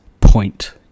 point